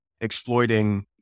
exploiting